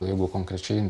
jeigu konkrečiai